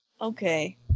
Okay